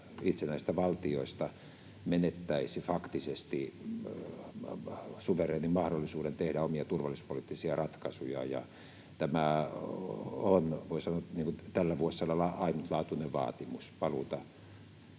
itsenäisistä valtioista menettäisi faktisesti suvereenin mahdollisuuden tehdä omia turvallisuuspoliittisia ratkaisujaan. Tämä on, voi sanoa, tällä vuosisadalla ainutlaatuinen vaatimus, pyrkimys